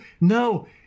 no